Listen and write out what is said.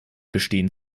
bestehen